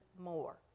more